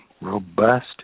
robust